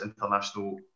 international